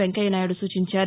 వెంకయ్యనాయుడు సూచించారు